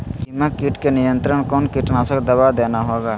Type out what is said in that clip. दीमक किट के नियंत्रण कौन कीटनाशक दवा देना होगा?